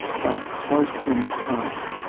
but close in time.